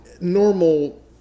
normal